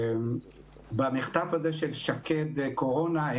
במחטף הזה של שקד וקורונה,